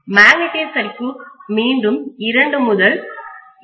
magnetic circuit மீண்டும் இரண்டு முதல் 2